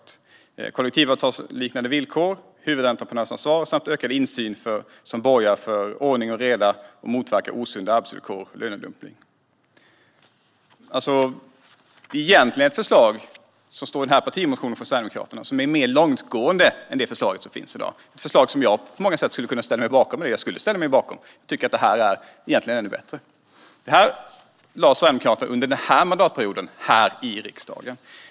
Det talas också om kollektivavtalsenliga villkor, huvudentreprenörsansvar och ökad insyn, som borgar för ordning och reda och motverkar osunda arbetsvillkor och lönedumpning. Det förslag som står i denna partimotion från Sverigedemokraterna är mer långtgående än det förslag som ligger på bordet i dag. Jag skulle ställa mig bakom detta förslag, som jag tycker är ännu bättre än det som vi diskuterar i dag. Sverigedemokraterna lade fram det här under denna mandatperiod, här i riksdagen.